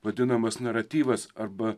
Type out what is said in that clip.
vadinamas naratyvas arba